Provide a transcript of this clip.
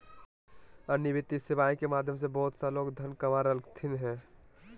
अन्य वित्तीय सेवाएं के माध्यम से बहुत सा लोग धन कमा रहलथिन हें